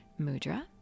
mudra